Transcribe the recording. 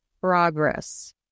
progress